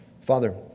Father